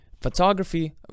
photography